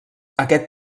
aquest